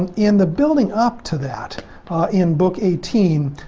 and in the building up to that in book eighteen,